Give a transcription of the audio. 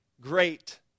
great